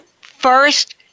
first